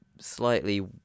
slightly